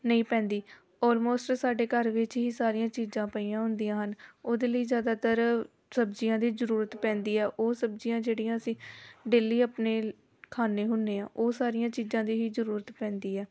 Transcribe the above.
ਨਹੀਂ ਪੈਂਦੀ ਓਲਮੋਸਟ ਸਾਡੇ ਘਰ ਵਿੱਚ ਹੀ ਸਾਰੀਆਂ ਚੀਜ਼ਾਂ ਪਈਆਂ ਹੁੰਦੀਆਂ ਹਨ ਉਹਦੇ ਲਈ ਜ਼ਿਆਦਾਤਰ ਸਬਜ਼ੀਆਂ ਦੀ ਜ਼ਰੂਰਤ ਪੈਂਦੀ ਆ ਉਹ ਸਬਜ਼ੀਆਂ ਜਿਹੜੀਆਂ ਅਸੀਂ ਡੇਲੀ ਆਪਣੇ ਖਾਂਦੇ ਹੁੰਦੇ ਹਾਂ ਉਹ ਸਾਰੀਆਂ ਚੀਜ਼ਾਂ ਦੀ ਹੀ ਜ਼ਰੂਰਤ ਪੈਂਦੀ ਆ